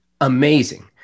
Amazing